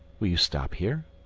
will you stop here?